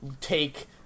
take